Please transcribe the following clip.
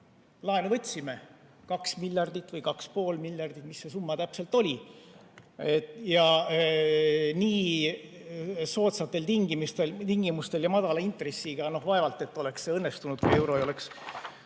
laenu võtsime, 2 miljardit või 2,5 miljardit, mis see summa täpselt oli. Nii soodsatel tingimustel ja madala intressiga vaevalt et see oleks õnnestunud, kui Eesti ei oleks